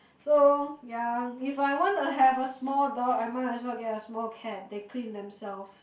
so yeah if I want to have a small though I might as well get a small cat they clean themselves